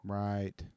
right